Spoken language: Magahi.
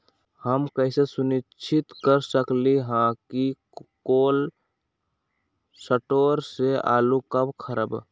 हम कैसे सुनिश्चित कर सकली ह कि कोल शटोर से आलू कब रखब?